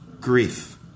Grief